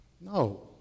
No